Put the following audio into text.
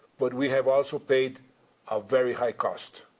but we have also paid a very high cost.